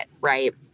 right